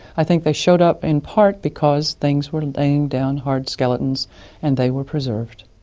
i think they showed up in part because things were laying down hard skeletons and they were preserved.